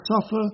suffer